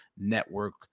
Network